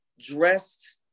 dressed